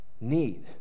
need